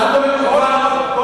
מה זאת אומרת, כל